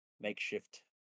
makeshift